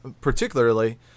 particularly